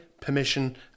permission